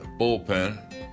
bullpen